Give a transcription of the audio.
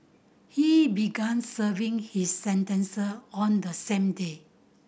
he began serving his sentence on the same day